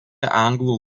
anglų